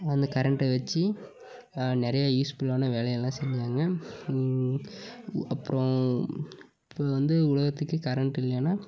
அந்த கரண்ட்டை வச்சு நிறைய யூஸ்ஃபுல்லான வேலைலாம் செஞ்சாங்க அப்புறம் இப்போ வந்து உலகத்துக்கே கரண்ட் இல்லைன்னா